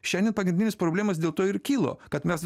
šiandien pagrindinės problemos dėl to ir kilo kad mes